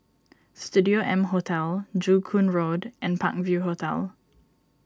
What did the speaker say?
Studio M Hotel Joo Koon Road and Park View Hotel